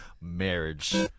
Marriage